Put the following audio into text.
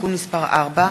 (תיקון מס' 4)